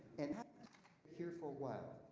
and here for what?